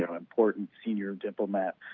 you know important senior diplomat,